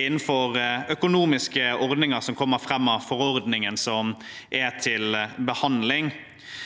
innenfor økonomiske ordninger som kommer fram av forordningen som er til behandling,